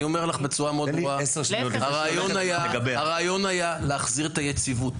אני אומר בצורה ברורה מאוד: הרעיון היה להחזיר את היציבות,